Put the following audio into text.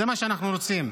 זה מה שאנחנו רוצים.